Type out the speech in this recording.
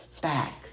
back